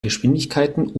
geschwindigkeiten